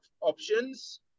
options